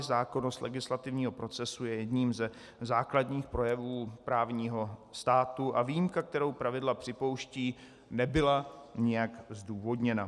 Zákonnost legislativního procesu je jedním ze základních projevů právního státu a výjimka, kterou pravidla připouštějí, nebyly nijak zdůvodněna.